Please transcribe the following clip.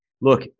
look